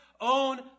own